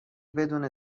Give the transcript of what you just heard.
بدون